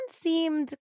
seemed